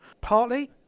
Partly